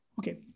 Okay